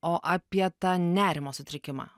o apie tą nerimo sutrikimą